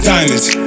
Diamonds